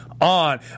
on